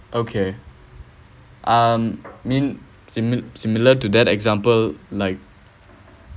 okay um mean simi~ similar to that example like